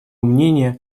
мнение